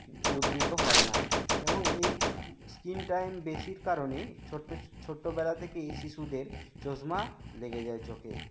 উদ্বুদ্ধ হয় না এবং এই স্ক্রিন টাইম বেশির কারণেই ছোট্ট ছোট্টবেলা থেকেই শিশুদের চশমা লেগে যায় চোখে